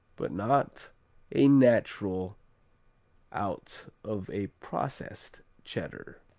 but not a natural out of a processed cheddar.